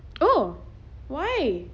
oh why